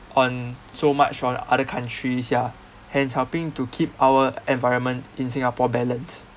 on so much on other countries ya hence helping to keep our environment in singapore balance